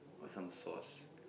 or some sauce